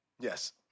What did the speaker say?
Yes